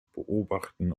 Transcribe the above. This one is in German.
beobachten